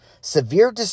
severe